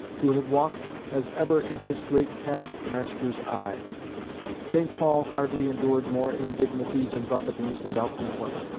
to have walked as ever in his great taskmaster's eye st. paul hardly endured more indignities and buffetings without complaint.